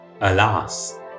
Alas